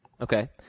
Okay